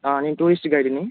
ఆ నేను టూరిస్ట్ గైడ్ని